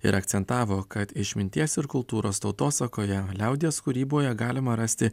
ir akcentavo kad išminties ir kultūros tautosakoje liaudies kūryboje galima rasti